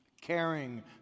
Caring